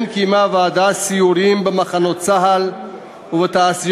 כן קיימה הוועדה סיורים במחנות צה"ל ובתעשיות